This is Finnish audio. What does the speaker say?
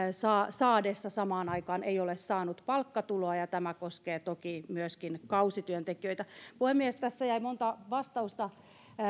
saadessa samaan aikaan ei ole saanut palkkatuloa ja tämä koskee toki myöskin kausityöntekijöitä puhemies tässä jäi monta vastausta